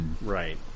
Right